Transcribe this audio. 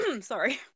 Sorry